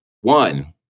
one